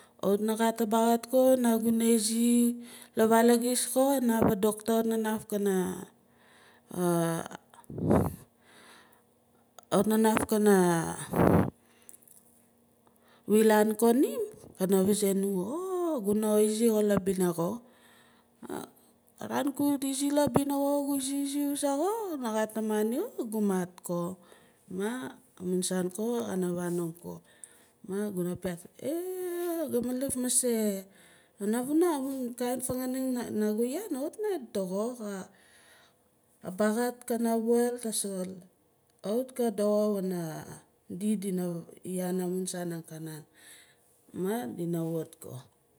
Kawit na gat a baaxat ko na guna izi la vaal aqis ko ka naf a doctor kawit na naf kana kawit kana naf wilaan ko nim kana vazae nu xo oh guna izi xo la bina xo. Aaran gu izi la bina ko izi- izi wuza xo kawit na gat a moni xo gu maat ko ma amun saan ko kana vanong ko ma guna piaat eh ga maa luf maase pana vuna amun kain fanganing naa gu vaan kawit na doxo. A baaxat kana waal tasol kawit na doxo wana di dina yaan amun saan arkanan.